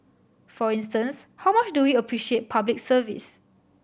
for instance how much do we appreciate Public Service